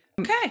Okay